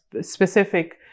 specific